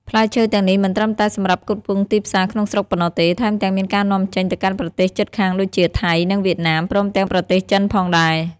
ផ្លែឈើទាំងនេះមិនត្រឹមតែសម្រាប់ផ្គត់ផ្គង់ទីផ្សារក្នុងស្រុកប៉ុណ្ណោះទេ ថែមទាំងមានការនាំចេញទៅកាន់ប្រទេសជិតខាងដូចជា ថៃ និងវៀតណាម ព្រមទាំងប្រទេសចិនផងដែរ។